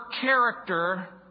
character